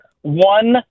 one